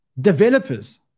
developers